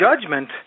judgment